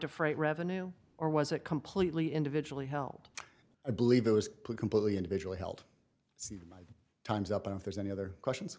to freight revenue or was it completely individually held a believe it was completely individual held my time's up if there's any other questions